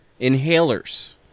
inhalers